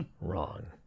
Wrong